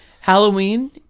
Halloween